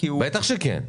בטח שכן.